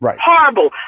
Horrible